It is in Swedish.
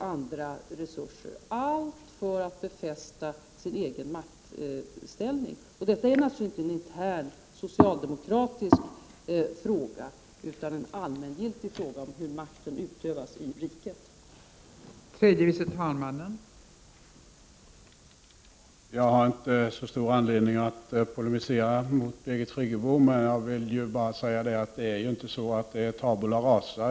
Allt detta tjänar ju till att befästa den egna maktställningen. Detta är naturligtvis inte en intern socialdemokratisk fråga, utan detta är en allmängiltig fråga, som handlar om hur makten i riket utövas.